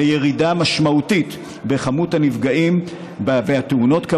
לירידה משמעותית במספר הנפגעים והתאונות,